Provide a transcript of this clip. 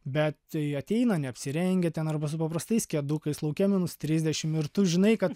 bet ateina neapsirengę ten arba su paprastais kedukais lauke minus trisdešim ir tu žinai kad